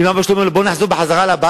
אם אבא שלו אומר לו: בוא נחזור בחזרה לבית,